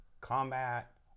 combat